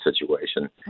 situation